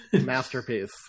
Masterpiece